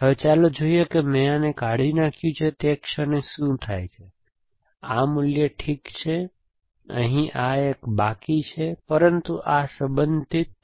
હવે ચાલો જોઈએ કે મેં આને કાઢી નાખ્યું તે ક્ષણે શું થાય છે આ મૂલ્ય ઠીક છે આ અહીં એક બાકી છે પરંતુ આ સંબંધિત